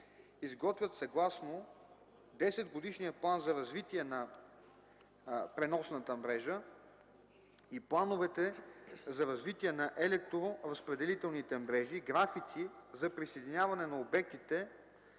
изготвят съгласно десетгодишния план за развитие на преносната мрежа и плановете за развитие на електроразпределителните мрежи графици за присъединяване на обектите